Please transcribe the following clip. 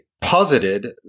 posited